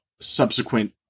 subsequent